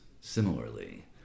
similarly